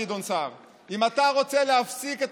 גדעון סער: אם אתה רוצה להפסיק את